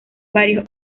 varios